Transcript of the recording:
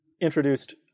introduced